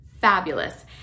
fabulous